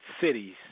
cities